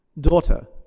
Daughter